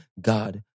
God